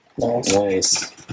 Nice